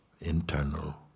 internal